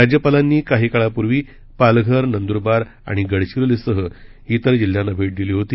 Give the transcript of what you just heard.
राज्यपालांनी काही काळापूर्वी पालघर नंदुरबार आणि गडविरोलीसह इतर जिल्ह्यांना भेट दिली होती